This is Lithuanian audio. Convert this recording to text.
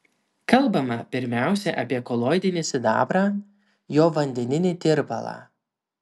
kalbama pirmiausia apie koloidinį sidabrą jo vandeninį tirpalą